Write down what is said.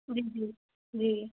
जी जी जी